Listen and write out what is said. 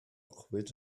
cuid